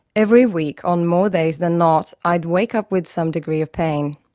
every week, on more days than not, i'd wake up with some degree of pain.